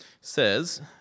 says